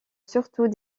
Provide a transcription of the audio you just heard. surtout